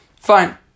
Fine